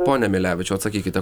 pone milevičiau atsakykite